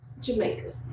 Jamaica